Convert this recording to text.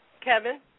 Kevin